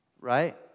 right